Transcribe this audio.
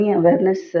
awareness